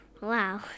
Wow